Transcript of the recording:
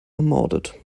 ermordet